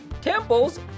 temples